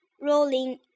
rolling